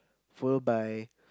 followed by